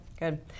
Good